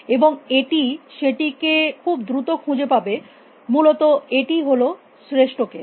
এবং এটি সেটিকে খুব দ্রুত খুঁজে পাবে মূলত এটিই হল শ্রেষ্ঠ কেস